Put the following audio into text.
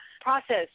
process